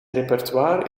repertoire